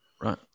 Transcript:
right